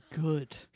good